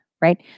right